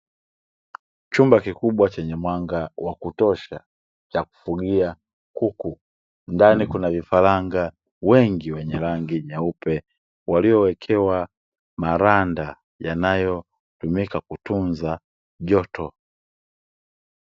Chumba kikubwa chenye mwanga wa kutosha cha kufugia kuku, ndani kuna vifaranga wengi wenye rangi nyeupe waliowekewa maranda, yanayotumika kutunza joto.